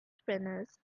spinners